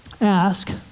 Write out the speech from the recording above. Ask